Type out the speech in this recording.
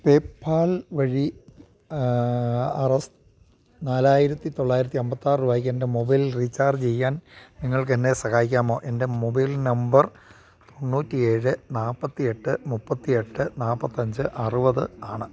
PayPal വഴി R S നാലായിരത്തി തൊള്ളായിരത്തി അമ്പത്തിയാറ് രൂപയ്ക്ക് എൻ്റെ മൊബൈൽ റീചാർജ് ചെയ്യാൻ നിങ്ങൾക്കെന്നെ സഹായിക്കാമോ എൻ്റെ മൊബൈൽ നമ്പർ തൊണ്ണൂറ്റിയേഴ് നാല്പ്പത്തിയെട്ട് മുപ്പത്തിയെട്ട് നാല്പ്പത്തിയഞ്ച് അറുപത് ആണ്